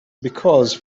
because